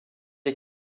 est